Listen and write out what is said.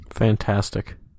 Fantastic